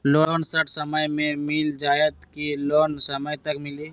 Loan short समय मे मिल जाएत कि लोन समय तक मिली?